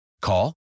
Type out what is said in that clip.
Call